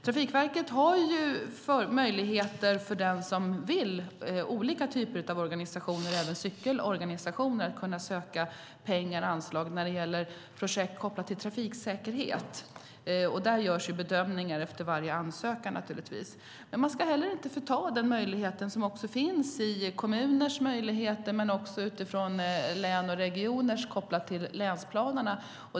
Olika typer av organisationer, även cykelorganisationer, har möjligheter att från Trafikverket söka pengar, anslag, när det gäller projekt kopplade till trafiksäkerhet. Då görs naturligtvis en bedömning av varje ansökan. Man ska heller inte glömma den möjlighet som finns i kommunerna och i län och regioner kopplad till länsplanerna.